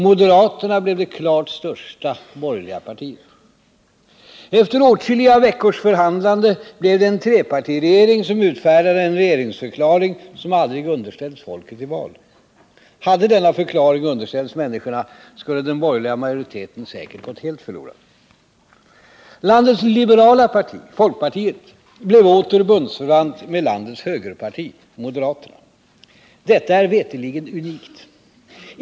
Moderaterna blev det klart största borgerliga partiet. Efter åtskilliga veckors förhandlande blev det en trepartiregering som utfärdade en regeringsförklaring som aldrig underställts folket i val. Hade denna förklaring underställts människorna skulle den borgerliga majoriteten säkert gått helt förlorad. Landets liberala parti, folkpartiet, blev åter bundsförvant med landets högerparti, moderaterna. Detta är veterligen unikt.